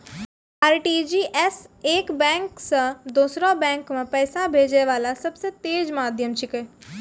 RTGS एक bank से दोसरो बैंक मे पैसा भेजै वाला सबसे तेज माध्यम छिकै